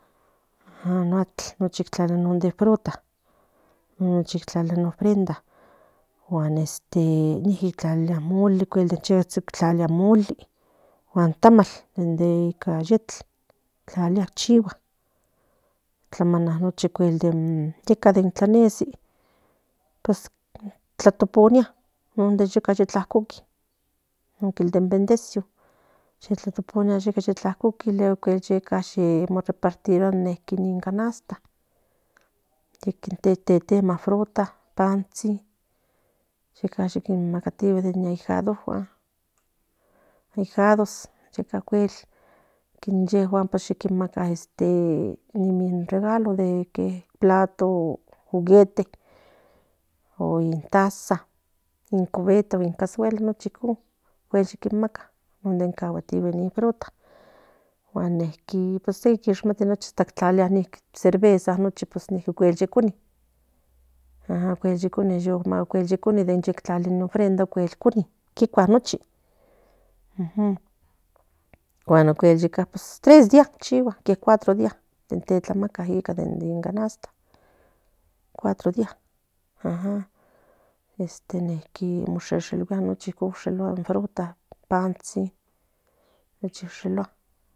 Atl nochi in fruta nochi in horrenda iqui tlalia molí guan tamal de nica ahetl chigua tlamana nochi de yeka de tlaneai tlatoponia non de yeka tlacoqui luego repartiría in ganaste tetema fruta panstsin yeka macatigue de nin aguadas yeka acuel maka ni regalos de platos jueguetes o ni taza o casguelas cagatilis ni frutas se quishmati cerveza ye cuni de tlalilia in ofrenda tlalia kikuas nochi ocuel tres días o cuadro día te tlamatla de mi canasta 4 días este mosheshilgua ni fruta ni panstsin